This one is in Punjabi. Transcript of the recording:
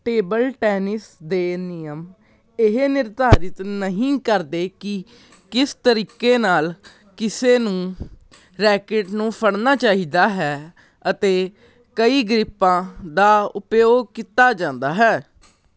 ਟੇਬਲ ਟੈਨਿਸ ਦੇ ਨਿਯਮ ਇਹ ਨਿਰਧਾਰਿਤ ਨਹੀਂ ਕਰਦੇ ਕਿ ਕਿਸ ਤਰੀਕੇ ਨਾਲ ਕਿਸੇ ਨੂੰ ਰੈਕੇਟ ਨੂੰ ਫੜਨਾ ਚਾਹੀਦਾ ਹੈ ਅਤੇ ਕਈ ਗ੍ਰਿਪਾਂ ਦਾ ਉਪਯੋਗ ਕੀਤਾ ਜਾਂਦਾ ਹੈ